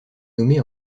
nommée